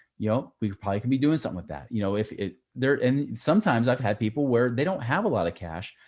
you know, we probably can be doing something with that. you know, if it there. and sometimes i've had people where they don't have a lot of cash,